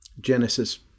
Genesis